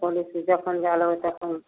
कहलहुँ जे जखन जाए लगबै तखन